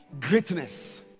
greatness